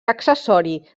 accessori